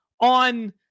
on